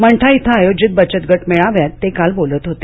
मंठा धिं आयोजित बचत गट मेळाव्यात ते काल बोलत होते